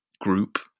group